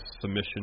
submission